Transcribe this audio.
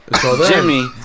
Jimmy